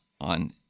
on